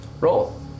Roll